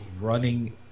running